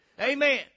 Amen